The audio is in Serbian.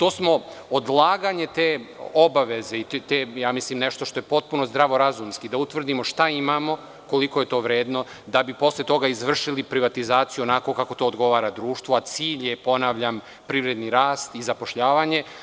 Odlaganje te obaveze i za nešto što mislim da je potpuno zdravo razumski, da utvrdimo šta imamo, koliko je to vredno, da bi posle toga izvršili privatizaciju onako kako to odgovara društvu, a cilj je privredni rast i zapošljavanje.